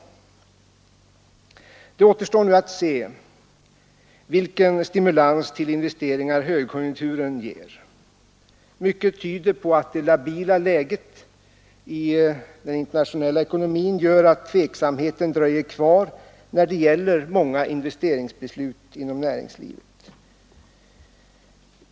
Det återstår nu att se vilken stimulans till investeringar högkonjunkturen ger. Mycket tyder på att det labila läget i den internationella ekonomin gör att tveksamheten dröjer kvar när det gäller många investeringsbeslut inom näringslivet.